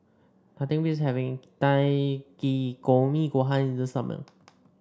nothing beats having Takikomi Gohan in the summer